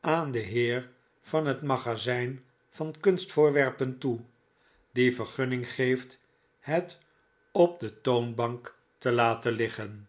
aan den heer van het magazijn van kunstvoorwerpen toe die vergunning geeft het op de toonbank te laten liggen